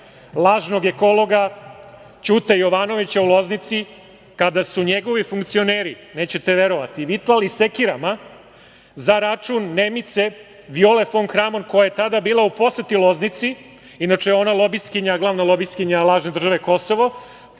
lažnog ekologa Ćute Jovanovića u Loznici, kada su njegovi funkcioneri, nećete verovati, vitlali sekirama za račun Nemice Viole fon Kramon, koja je tada bila u poseti Loznici. Inače, ona je lobistkinja, glavna lobistkinja lažne države Kosovo.